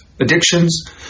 addictions